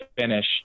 finish